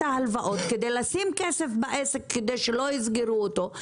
ההלוואות כדי לשים כסף בעסק כדי שלא יסגרו אותו,